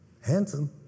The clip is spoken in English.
Handsome